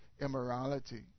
immorality